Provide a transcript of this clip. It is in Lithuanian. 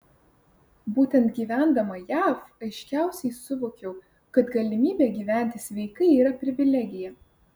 būtent gyvendama jav aiškiausiai suvokiau kad galimybė gyventi sveikai yra privilegija